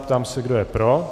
Ptám se, kdo je pro.